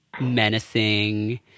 menacing